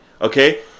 okay